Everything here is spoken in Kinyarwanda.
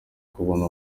kubona